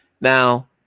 Now